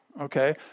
Okay